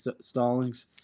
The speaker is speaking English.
Stallings